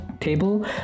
table